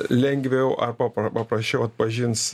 lengviau arba paprasčiau atpažins